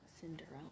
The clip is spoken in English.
Cinderella